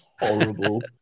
horrible